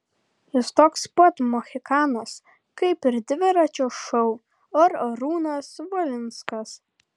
jis toks pat mohikanas kaip ir dviračio šou ar arūnas valinskas